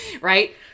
Right